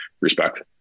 respect